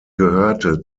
gehörte